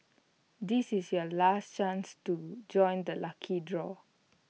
this is your last chance to join the lucky draw